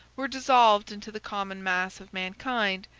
were dissolved into the common mass of mankind,